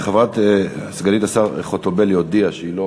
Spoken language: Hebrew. סגנית השר חוטובלי הודיעה שהיא לא